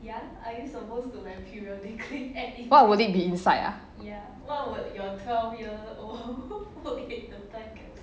what would it be inside ah